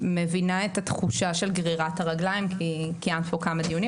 מבינה את התחושה של גרירת הרגליים כי קיימנו כאן כמה דיונים